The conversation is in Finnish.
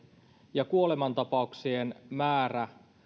ja kuolemantapauksien määrä